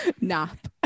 nap